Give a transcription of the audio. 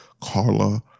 Carla